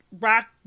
rock